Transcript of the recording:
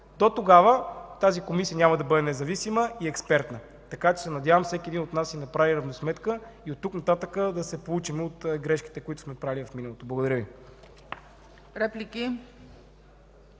тогава тази Комисия няма да бъде независима и експертна. Така че се надявам всеки един от нас да си направи равносметката и от тук нататък да се поучим от грешките, които сме правили в миналото. Благодаря Ви.